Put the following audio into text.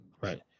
Right